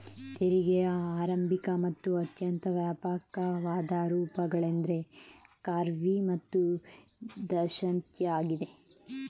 ತೆರಿಗೆಯ ಆರಂಭಿಕ ಮತ್ತು ಅತ್ಯಂತ ವ್ಯಾಪಕವಾದ ರೂಪಗಳೆಂದ್ರೆ ಖಾರ್ವಿ ಮತ್ತು ದತ್ತಾಂಶ ಆಗಿವೆ